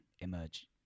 emerge